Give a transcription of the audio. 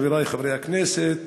חבריי חברי הכנסת,